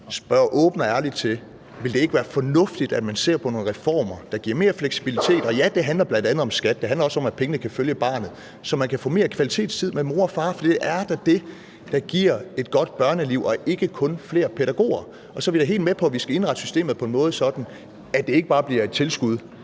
spørge åbent og ærligt til, om ikke det vil være fornuftigt, at man ser på nogle reformer, der giver mere fleksibilitet. Og ja, det handler bl.a. om skat, og det handler også om, at pengene kan følge barnet, så man kan få mere kvalitetstid med mor og far, for det er da det, der giver et godt børneliv, og ikke kun flere pædagoger. Så er vi da helt med på, at vi skal indrette systemet på en måde, så det ikke bare bliver et tilskud